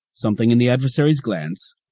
something in the adversary's glance,